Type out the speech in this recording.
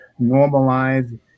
normalize